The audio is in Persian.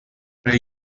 برای